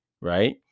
right